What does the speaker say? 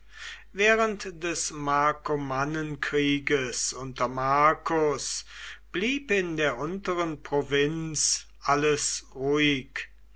während des markomannenkrieges unter marcus blieb in der unteren provinz alles ruhig